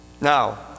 Now